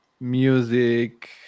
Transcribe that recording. music